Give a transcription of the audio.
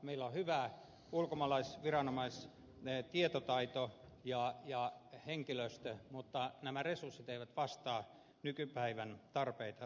meillä on hyvä ulkomaalaisviranomaisten tietotaito ja henkilöstö mutta nämä resurssit eivät vastaa nykypäivän tarpeita